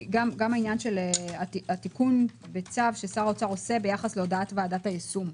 גם בעניין התיקון בצו ששר האוצר עושה ביחס להודעת ועדת היישום,